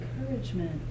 encouragement